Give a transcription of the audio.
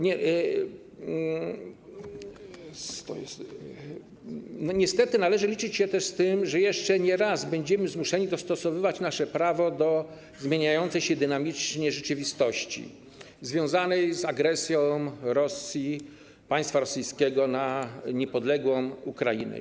Niestety należy liczyć się też z tym, że jeszcze nieraz będziemy zmuszeni dostosowywać nasze prawo do zmieniającej się dynamicznie rzeczywistości związanej z agresją Rosji, państwa rosyjskiego na niepodległą Ukrainę.